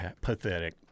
pathetic